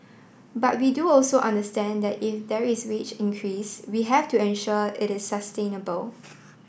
but we do also understand that if there is wage increase we have to ensure it is sustainable